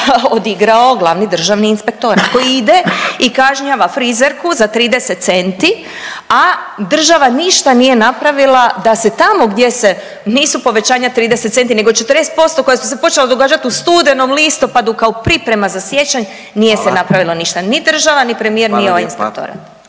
odigrao glavni državni inspektorat koji ide i kažnjava frizerku za 30 centi, a država ništa nije napravila da se tamo gdje se nisu povećanja 30 centi nego 40% koja su se počela događati u studenom, listopadu kao priprema za siječanj nije se napravilo ništa ni država, ni premijer, ni ovaj Inspektorat.